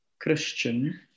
Christian